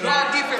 לא עדיף,